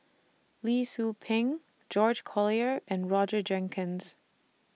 Lee Tzu Pheng George Collyer and Roger Jenkins